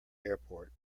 airport